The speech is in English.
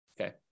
Okay